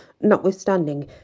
notwithstanding